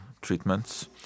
treatments